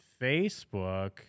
Facebook